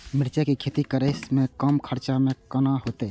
मिरचाय के खेती करे में कम खर्चा में केना होते?